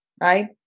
right